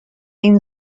این